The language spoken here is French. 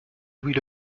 louis